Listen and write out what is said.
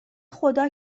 خدا